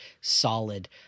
solid